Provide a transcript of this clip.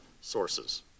sources